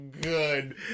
good